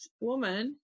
woman